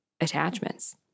attachments